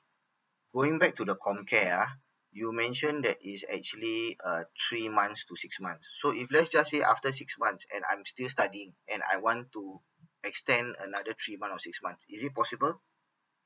going back to the COMCARE ah you mention that is actually a three months to six months so if let's just say after six months and I'm still studying and I want to extend another three months or six months is it impossible